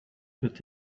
but